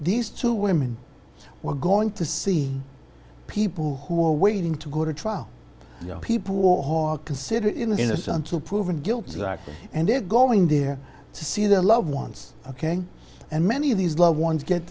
these two women we're going to see people who are waiting to go to trial people who are considered innocent until proven guilty and they're going there to see their loved ones ok and many of these loved ones get